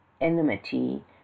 enmity